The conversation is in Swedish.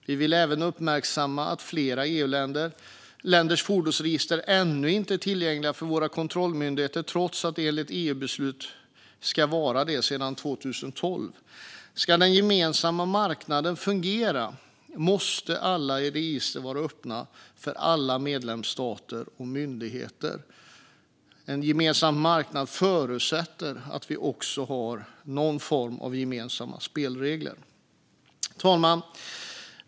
Vi vill också uppmärksamma att flera EU-länders fordonsregister ännu inte är tillgängliga för våra kontrollmyndigheter, trots att de enligt EU-beslut ska vara det sedan 2012. Om den gemensamma marknaden ska fungera måste alla register vara öppna för alla medlemsstater och myndigheter. En gemensam marknad förutsätter att vi har någon form av gemensamma spelregler. Herr talman!